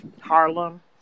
Harlem